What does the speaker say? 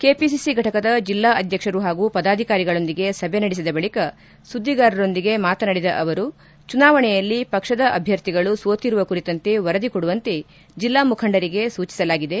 KPCC ಫಟಕದ ಜಿಲ್ಲಾ ಅಧ್ಯಕ್ಷರು ಹಾಗೂ ಪದಾಧಿಕಾರಿಗಳೊಂದಿಗೆ ಸಭೆ ನಡೆಸಿದ ಬಳಿಕ ಸುದ್ದಿಗಾರರೊಂದಿಗೆ ಮಾತನಾಡಿದ ಅವರು ಚುನಾವಣೆಯಲ್ಲಿ ಪಕ್ಷದ ಅಭ್ಯರ್ಥಿಗಳು ಸೋತಿರುವ ಕುರಿತಂತೆ ವರದಿ ಕೊಡುವಂತೆ ಜಿಲ್ಲಾ ಮುಖಂಡರಿಗೆ ಸೂಚಿಸಲಾಗಿದೆ